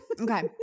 okay